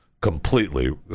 completely